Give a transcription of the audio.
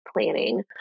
planning